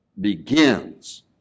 begins